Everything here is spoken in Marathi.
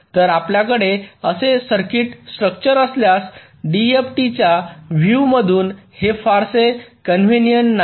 तर आपल्याकडे असे सर्किट स्ट्रक्चर असल्यास डीएफटीच्या व्हिव मधुन हे फारसे कन्व्हेनिएंट नाही